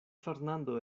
fernando